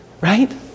right